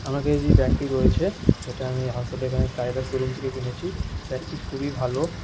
আমাকে যেই ব্যাগটি রয়েছে সেটা আমি আসলে এখানের স্কাইব্যাগ শোরুম থেকে কিনেছি ব্যাগটি খুবই ভালো